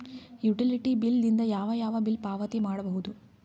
Utility bill ದಿಂದ ಯಾವ ಯಾವ ಬಿಲ್ ಪಾವತಿ ಮಾಡಬಹುದು?